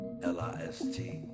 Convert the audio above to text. L-I-S-T